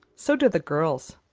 so do the girls.